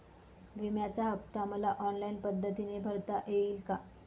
विम्याचा हफ्ता मला ऑनलाईन पद्धतीने भरता येईल का?